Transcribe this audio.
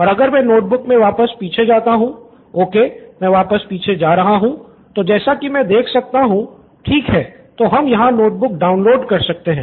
और अगर मे नोटबुक मे वापस पीछे जाता हूँ ओके मैं वापस पीछे जा रहा हूँ तो जैसा कि मैं देख सकता हूँ ठीक है तो हम यहाँ नोटबुक डाउनलोड कर सकते हैं